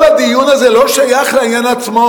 כל הדיון הזה לא שייך לעניין עצמו.